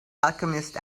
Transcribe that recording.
alchemist